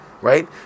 right